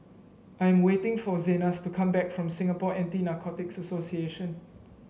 I am waiting for Zenas to come back from Singapore Anti Narcotics Association